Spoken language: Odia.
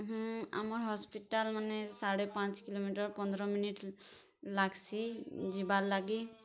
ହୁଁ ଆମର୍ ହସ୍ପିଟାଲ୍ମାନେ ସାଢ଼େ ପାଞ୍ଚ୍ କିଲୋମିଟର୍ ପନ୍ଦ୍ର ମିନିଟ୍ ଲାଗ୍ସି ଯିବାର୍ ଲାଗି